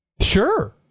Sure